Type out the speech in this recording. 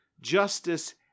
justice